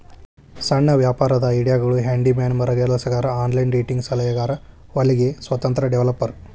ಸಣ್ಣ ವ್ಯಾಪಾರದ್ ಐಡಿಯಾಗಳು ಹ್ಯಾಂಡಿ ಮ್ಯಾನ್ ಮರಗೆಲಸಗಾರ ಆನ್ಲೈನ್ ಡೇಟಿಂಗ್ ಸಲಹೆಗಾರ ಹೊಲಿಗೆ ಸ್ವತಂತ್ರ ಡೆವೆಲಪರ್